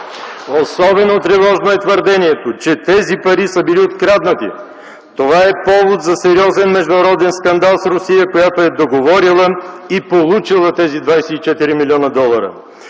Особено тревожно е твърдението, че тези пари са били откраднати. Това е повод за сериозен международен скандал с Русия, която е договорила и получила тези 24 млн. долара!